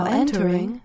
entering